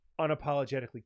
unapologetically